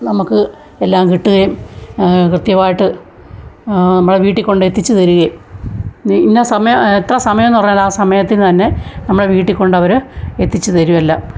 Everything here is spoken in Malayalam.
നമുക്ക് എല്ലാം കിട്ടുകയും കൃത്യമായിട്ട് നമ്മളാ വീട്ടിൽക്കൊണ്ടെത്തിച്ച് തരികയും നി ഇന്ന സമയം എത്ര സമയം എന്നു പറഞ്ഞാലാസമയത്തിനു തന്നെ നമ്മളെ വീട്ടിക്കൊണ്ടവർ എത്തിച്ചു തരുമല്ലോ